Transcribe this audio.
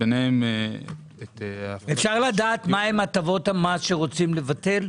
וביניהם את --- אפשר לדעת מהן הטבות המס שרוצים לבטל?